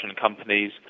companies